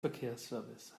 verkehrsservice